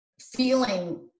feeling